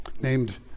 named